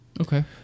Okay